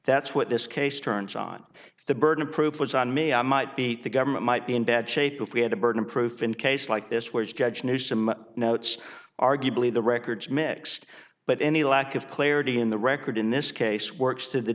that's what this case turns on it's the burden of proof was on me i might beat the government might be in bad shape if we had a burden of proof in cases like this which judge new some notes arguably the records mixed but any lack of clarity in the record in this case works to the